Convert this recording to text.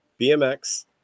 BMX